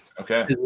Okay